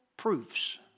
proofs